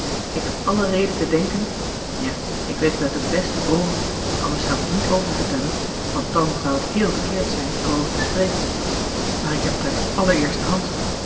ik heb alle reden te denken ja ik weet het uit de beste bron anders zou ik t niet oververtellen want dàn zou het heel verkeerd zijn er over te spreken maar ik heb het uit de allereerste